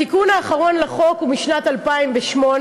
התיקון האחרון לחוק הוא משנת 2008,